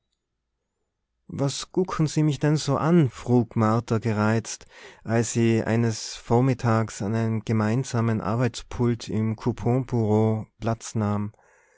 was gucken sie mich denn so an frug martha gereizt als sie eines vormittags an dem gemeinsamen arbeitspult im couponbureau platz